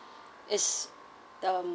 is um